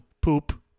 Poop